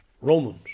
Romans